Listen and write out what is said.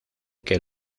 que